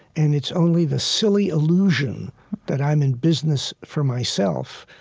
and it's only the silly illusion that i'm in business for myself,